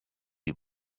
you